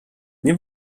nie